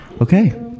Okay